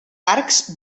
arcs